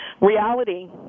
reality